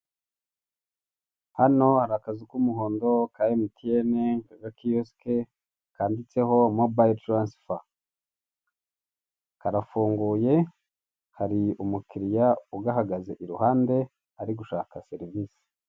Hano hari akazu k'umuhondo ka emutiyeni kiyosike kanditseho mobayilo taransifa karafunguye hari umukiriya ugahagaze iruhande ari gushaka serivise.